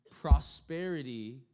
prosperity